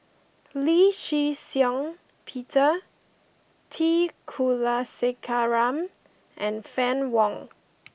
Lee Shih Shiong Peter T Kulasekaram and Fann Wong